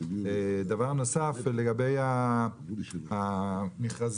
דבר נוסף, לגבי המכרזים